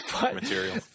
material